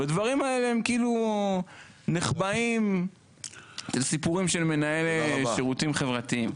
והדברים האלו כאילו נחבאים אצל סיפורים של מנהל שירותים חברתיים.